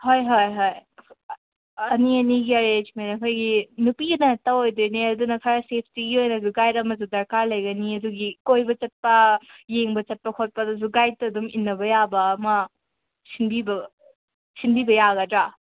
ꯍꯣꯏ ꯍꯣꯏ ꯍꯣꯏ ꯑꯅꯤ ꯑꯅꯤꯒꯤ ꯑꯦꯔꯦꯟꯖꯃꯦꯟ ꯑꯩꯈꯣꯏꯒꯤ ꯅꯨꯄꯤꯗ ꯉꯥꯛꯇ ꯑꯣꯏꯗꯣꯏꯅꯦ ꯑꯗꯨꯅ ꯈꯔ ꯁꯦꯐꯇꯤꯒꯤ ꯑꯣꯏꯅꯁꯨ ꯒꯥꯏꯠ ꯑꯃꯁꯨ ꯗꯔꯀꯥꯔ ꯂꯩꯒꯅꯤ ꯑꯗꯨꯒꯤ ꯀꯣꯏꯕ ꯆꯠꯄ ꯌꯦꯡꯕ ꯆꯞꯄ ꯈꯣꯠꯄꯗꯁꯨ ꯒꯥꯏꯠꯇ ꯑꯗꯨꯝ ꯏꯟꯅꯕ ꯌꯥꯕ ꯑꯃ ꯁꯤꯟꯕꯤꯕ ꯁꯤꯟꯕꯤꯕ ꯌꯥꯒꯗ꯭ꯔꯥ